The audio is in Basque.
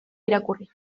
irakurri